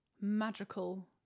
magical